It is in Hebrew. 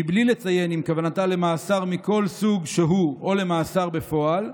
מבלי לציין אם כוונתה למאסר מכל סוג שהוא או למאסר בפועל,